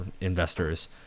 investors